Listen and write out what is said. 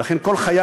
ולכן כל חיי,